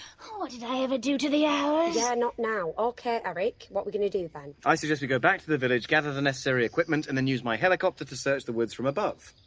what did i ever do to the owls? yeah not now ok, eric, what are we going to do then? i suggest we go back to the village, gather the necessary equipment, and then use my helicopter to search the woods from above.